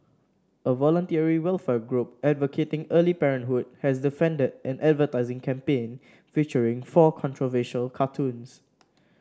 a voluntary welfare group advocating early parenthood has defended an advertising campaign featuring four controversial cartoons